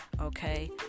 okay